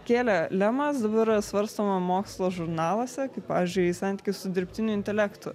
kėlė lemas dabar yra svarstoma mokslo žurnaluose kaip pavyzdžiui santykis su dirbtiniu intelektu